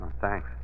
thanks